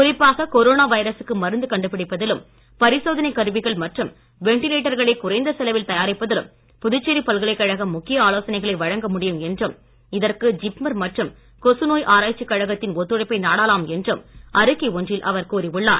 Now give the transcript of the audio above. குறிப்பாக கொரோனா வைரசுக்கு மருந்து கண்டுபிடிப்பதிலும் பரிசோதனை கருவிகள் மற்றும் வென்டிலேட்டர்களை குறைந்த செலவில் தயாரிப்பதிலும் புதுச்சேரி பல்கலைக் கழகம் முக்கிய ஆலோசனைகளை வழங்க முடியும் என்றும்இதற்கு ஜிப்மர் மற்றும் கொசு நோய் ஆராய்ச்சிக் கழகத்தின் ஒத்துழைப்பை நாடலாம் என்றும் அறிக்கை ஒன்றில் அவர் கூறி உள்ளார்